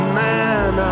man